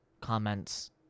comments